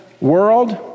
world